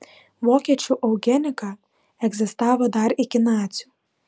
vokiečių eugenika egzistavo dar iki nacių